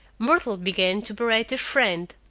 myrtle began to berate her friend.